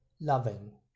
loving